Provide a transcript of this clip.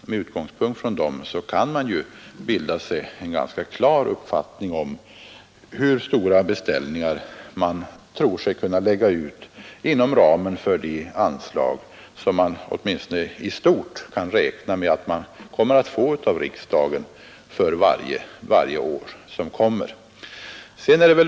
Med utgångspunkt i dem kan man på SJ bilda sig en ganska klar uppfattning om hur stora beställningar man tror sig kunna lägga ut inom ramen för det anslag som man i stort kan räkna med att få från riksdagen för varje år som kommer.